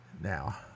now